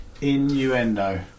Innuendo